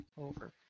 over